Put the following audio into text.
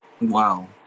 Wow